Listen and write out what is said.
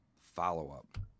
follow-up